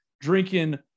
drinking